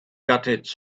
gutted